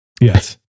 Yes